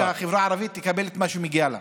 שהחברה הערבית תקבל את מה שמגיע לה.